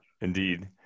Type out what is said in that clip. indeed